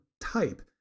type